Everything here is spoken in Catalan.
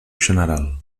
general